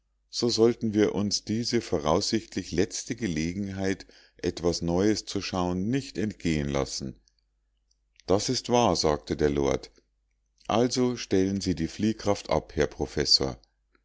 so sollten wir uns diese voraussichtlich letzte gelegenheit etwas neues zu schauen nicht entgehen lassen das ist wahr sagte der lord also stellen sie die fliehkraft ab herr professor